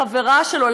לחברה שלו,